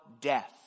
death